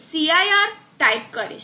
cir type કરીશ